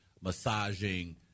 massaging